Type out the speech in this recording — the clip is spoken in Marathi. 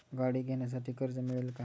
गाडी घेण्यासाठी कर्ज मिळेल का?